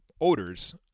odors